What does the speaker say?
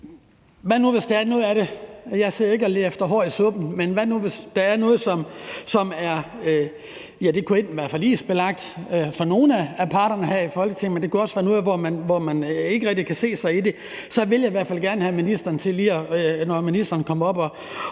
hvad nu, hvis der er noget, som er, ja, det kunne enten være forligsbelagt for nogle af parterne her i Folketinget, men det kunne også være noget, man ikke rigtig kan se sig selv i? Så jeg vil i hvert fald gerne have ministeren, når ministeren kommer herop,